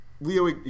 Leo